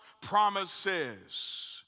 promises